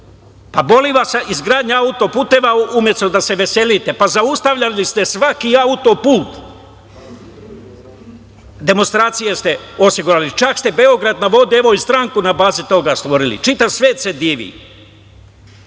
pa boli vas izgradnja autoputeva, umesto da se veselite. Pa, zaustavljali ste svaki autoput, demonstracije ste osigurali, čak ste „Beograd na vodi“, evo i stranku na bazi toga stvorili, čitav svet se